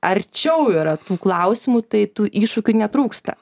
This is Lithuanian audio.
arčiau yra tų klausimų tai tų iššūkių netrūksta